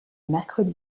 mercredi